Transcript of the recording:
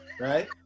right